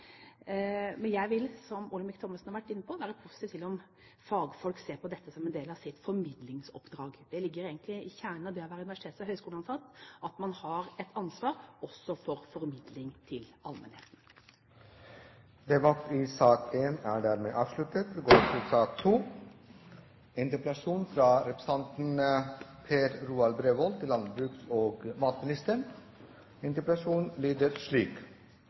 men jeg vil, som Olemic Thommessen har vært inne på, være positiv til om fagfolk ser på dette som en del av sitt formidlingsoppdrag. Det ligger egentlig i kjernen av det å være universitets- og høyskoleansatt at man har et ansvar også for formidling til allmennheten. Debatten i sak nr. 1 er dermed avsluttet. For hvert år blir det færre bønder. Det blir færre gårdsbruk, det dyrkede areal blir mindre, og